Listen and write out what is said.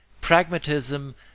pragmatism